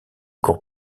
cours